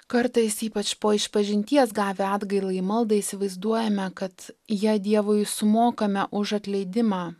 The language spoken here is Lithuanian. kartais ypač po išpažinties gavę atgailai maldą įsivaizduojame kad ja dievui sumokame už atleidimą